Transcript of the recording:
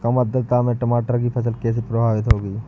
कम आर्द्रता में टमाटर की फसल कैसे प्रभावित होगी?